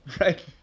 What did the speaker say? right